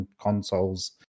consoles